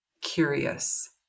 curious